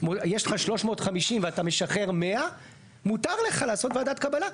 יש לך 350 ואתה משחרר 100 מותר לך לעשות ועדת קבלה.